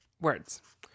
words